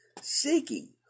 seeking